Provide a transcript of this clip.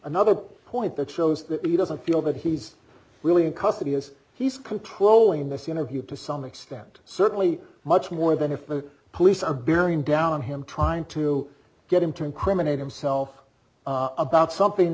another point that shows that he doesn't feel that he's really in custody as he's controlling this interview to some extent certainly much more than if the police are bearing down on him trying to get him to incriminate himself about something